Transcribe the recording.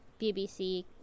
BBC